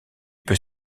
peut